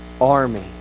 army